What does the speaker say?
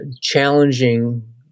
challenging